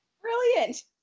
brilliant